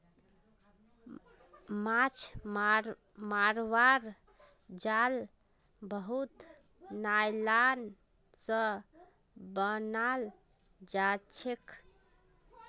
माछ मरवार जाल मजबूत नायलॉन स बनाल जाछेक